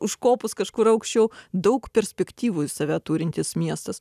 užkopus kažkur aukščiau daug perspektyvų į save turintis miestas